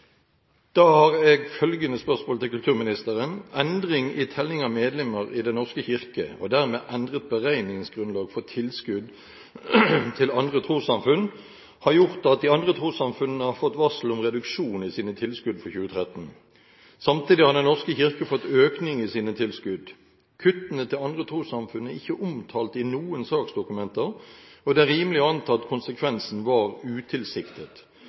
Da har jeg følgende spørsmål til kulturministeren: «Endring i telling av medlemmer i Den norske kirke, og dermed endret beregningsgrunnlag for tilskudd til andre trossamfunn, har gjort at de andre trossamfunnene har fått varsel om reduksjon i sine tilskudd for 2013. Samtidig har Den norske kirke fått økning i sine tilskudd. Kuttene til andre trossamfunn er ikke omtalt i noen saksdokumenter, og det er rimelig å anta at konsekvensen var utilsiktet.